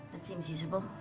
that seems usable.